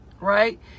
right